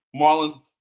Marlon